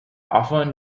often